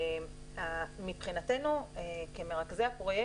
מבחינתנו, כמרכזי הפרויקט,